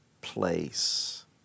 place